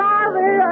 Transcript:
Father